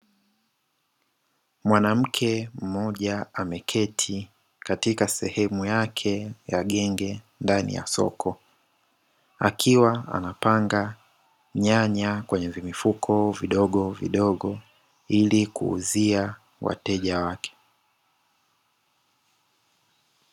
Mwanamke mmoja ameketi katika sehemu yake ya genge ndani ya soko. Akiwa anapanga nyanya kwenye vimifuko vidogovidogo ili kuuzia wateja wake.